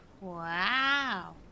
Wow